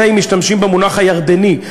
זה אם משתמשים במונח הירדני,